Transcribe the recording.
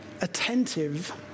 attentive